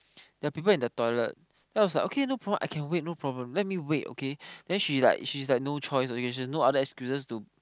there are people in the toilet then I was like okay no problem I can wait no problem let me wait okay then she like she's like no choice already she has no other excuses to